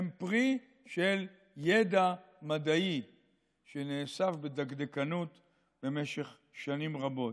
הן פרי של ידע מדעי שנאסף בדקדקנות במשך שנים רבות.